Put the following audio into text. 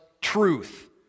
truth